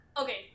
okay